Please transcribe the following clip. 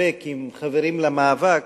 ולהתחבק עם חברים למאבק,